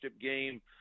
game